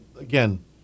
again